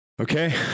Okay